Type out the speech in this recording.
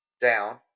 down